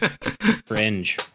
fringe